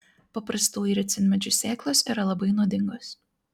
paprastųjų ricinmedžių sėklos yra labai nuodingos